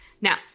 Now